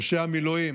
אנשי המילואים,